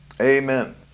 Amen